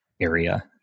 area